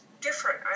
different